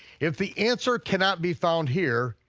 if the answer cannot be found here,